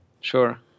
Sure